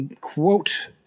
Quote